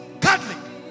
Catholic